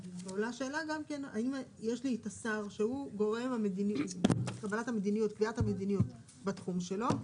ועולה השאלה האם יש לי השר שהוא גורם קביעת המדיניות בתחום שלו,